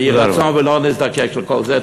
ויהי רצון ולא נזדקק לכל זה.